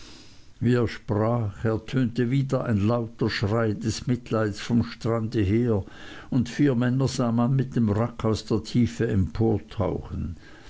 er sprach ertönte wieder ein lauter schrei des mitleids vom strande her und vier männer sah man mit dem wrack aus der tiefe